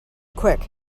quick